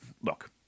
look